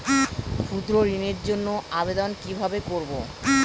ক্ষুদ্র ঋণের জন্য আবেদন কিভাবে করব?